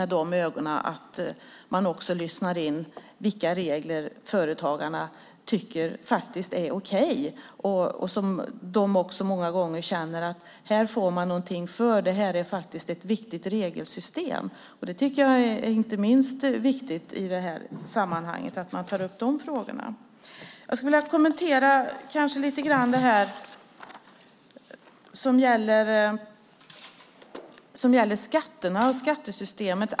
Det handlar om att också lyssna in vilka regler företagarna tycker är okej. Det är regler som de många gånger känner att de får någonting för. De kan tycka att det faktiskt är ett viktigt regelsystem. Det är inte minst viktigt i det här sammanhanget att man tar upp de frågorna. Jag skulle vilja kommentera lite grann det som gäller skatterna och skattesystemet.